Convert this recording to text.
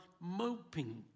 moping